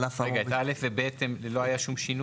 רגע, ב-(א) ו-(ב) לא היה שום שינוי?